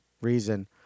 reason